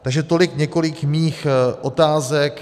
Takže tolik několik mých otázek.